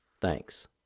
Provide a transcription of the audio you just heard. Thanks